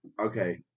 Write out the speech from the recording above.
Okay